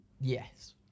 Yes